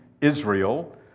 Israel